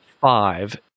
five